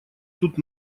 тут